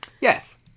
Yes